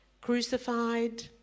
crucified